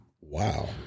wow